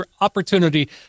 opportunity